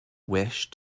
wish